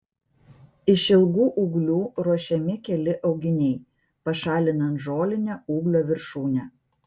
iš ilgų ūglių ruošiami keli auginiai pašalinant žolinę ūglio viršūnę